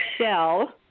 shell